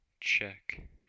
check